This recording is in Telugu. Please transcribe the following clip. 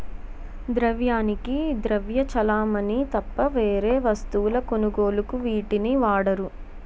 ద్రవ్యానికి ద్రవ్య చలామణి తప్ప వేరే వస్తువుల కొనుగోలుకు వీటిని వాడరు